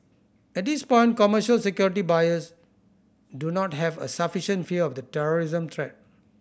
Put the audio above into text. at this point commercial security buyers do not have a sufficient fear of the terrorism threat